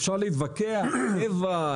אפשר להתווכח טבע,